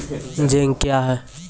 Zinc क्या हैं?